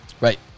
Right